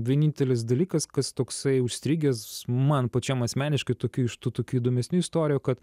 vienintelis dalykas kas toksai užstrigęs man pačiam asmeniškai tokių iš tų tokių įdomesnių istorijų kad